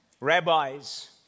rabbis